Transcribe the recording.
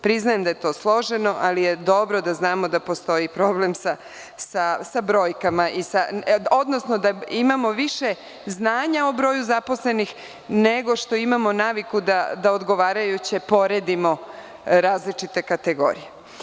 Priznajem da je to složeno, ali je dobro da znamo da postoji problem sa brojkama, odnosno da imamo više znanja o broju zaposlenih nego što imamo naviku da odgovarajuće poredimo različite kategorije.